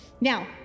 Now